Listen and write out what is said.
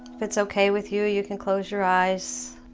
if it's okay with you you can close your eyes